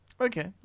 Okay